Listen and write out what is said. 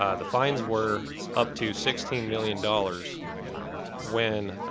um the fines were up to sixteen million dollars when